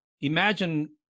imagine